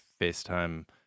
FaceTime